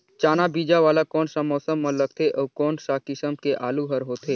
चाना बीजा वाला कोन सा मौसम म लगथे अउ कोन सा किसम के आलू हर होथे?